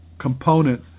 component